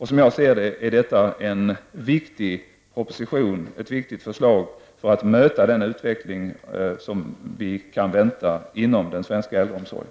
Som jag ser det, är detta ett viktigt förslag för att möta den utveckling som vi kan vänta inom den svenska äldreomsorgen.